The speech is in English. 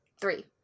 three